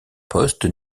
postes